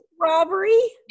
robbery